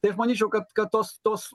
tai aš manyčiau kad kad tos tos